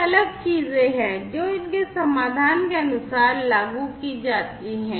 तो ये अलग चीजें हैं जो उनके समाधान के अनुसार लागू की जाती हैं